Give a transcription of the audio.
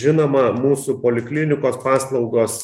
žinoma mūsų poliklinikos paslaugos